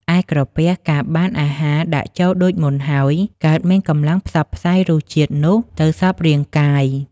ឯក្រពះកាលបានអាហារដាក់ដូចមុនហើយ កើតមានកម្លាំងផ្សព្វផ្សាយរសជាតិនោះទៅសព្វរាងកាយ ។